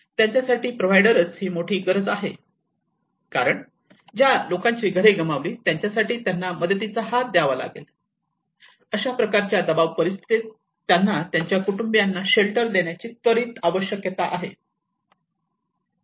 त्यांच्यासाठी प्रोव्हायडरच ही मोठी गरज आहे कारण ज्या लोकांची घरे गमावली त्यांच्यासाठी त्यांना मदतीचा हात द्यावा लागेल अशा प्रकारच्या दबाव परिस्थितीसाठी त्यांना त्यांच्या कुटुंबियांना शेल्टर देण्याची त्वरित आवश्यकता आहे